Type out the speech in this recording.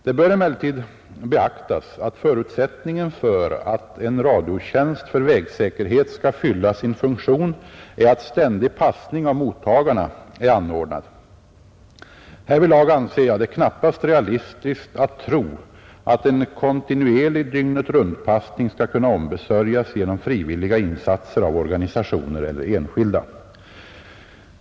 Det bör emellertid beaktas, att förutsättningen för att en radiotjänst för vägsäkerhet skall fylla sin funktion är att ständig passning av mottagarna är anordnad. Härvidlag anser jag det knappast realistiskt att tro att en kontinuerlig dygnetruntpassning skall kunna ombesörjas genom frivilliga insatser av organisationer eller enskilda.